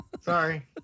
sorry